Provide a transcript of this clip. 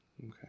Okay